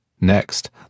Next